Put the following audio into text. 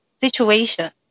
situation